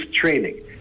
training